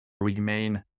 remain